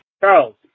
Charles